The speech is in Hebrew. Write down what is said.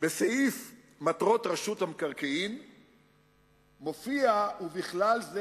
בסעיף מטרות רשות המקרקעין מופיע: ובכלל זה